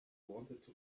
wanted